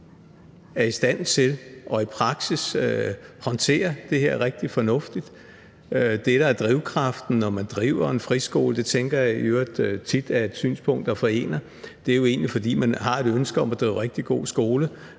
er i stand til i praksis at håndtere det her rigtig fornuftigt. Det, der er drivkraften, når man driver en friskole – det tænker jeg i øvrigt tit er et synspunkt, der forener – er jo egentlig, at man har et ønske om at drive rigtig god skole